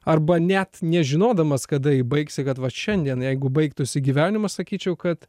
arba net nežinodamas kada jį baigsi kad vat šiandien jeigu baigtųsi gyvenimas sakyčiau kad